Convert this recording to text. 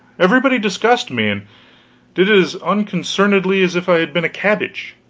everybody discussed me and did it as unconcernedly as if i had been a cabbage.